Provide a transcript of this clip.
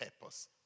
purpose